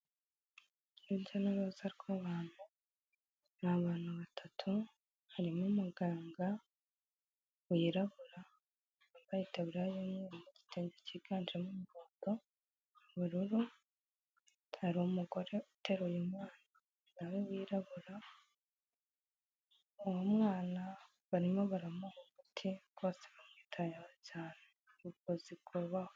Urujya n'uruza rw'abantu, ni abantu batatu, harimo umuganga wirabura, wambaye itaburiya y'umweru n'igitenge cyiganjemo umuhondo, ubururu, hari umugore uteruye umwana nawe wirabura, uwo mwana barimo baramuha umuti, rwose bamwitayeho cyane, ubuvuzi bwuhahwe.